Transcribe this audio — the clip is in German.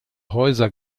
häuser